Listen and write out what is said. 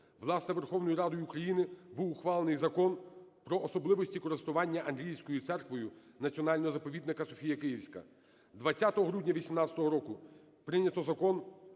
власне, Верховною Радою України був ухвалений Закон "Про особливості користування Андріївською церквою Національного заповідника "Софія Київська". 20 грудня 18-го року прийнято Закон